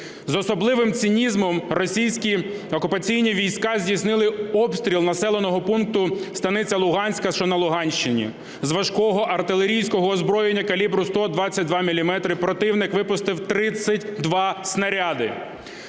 З особливим цинізмом російські окупаційні війська здійснили обстріл населеного пункту Станиця Луганська, що на Луганщині, з важкого артилерійського озброєння калібру 122 міліметри противник випустив 32 снаряди.